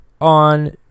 on